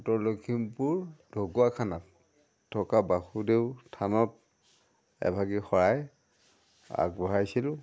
উত্তৰ লখিমপুৰ ঢকুৱাখানাত থকা বাসুদেৱ থানত এভাগি শৰাই আগবঢ়াইছিলোঁ